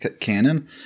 canon